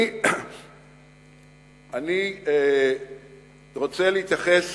אני רוצה להתייחס